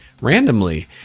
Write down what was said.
randomly